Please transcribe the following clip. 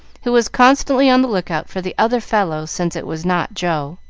who was constantly on the lookout for the other fellow, since it was not joe.